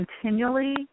continually